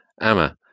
Emma